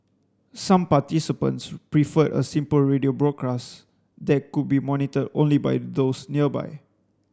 some participants preferred a simple radio broadcast that could be monitored only by those nearby